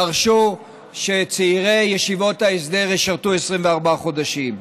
דרשו שצעירי ישיבות ההסדר ישרתו 24 חודשים.